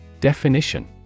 Definition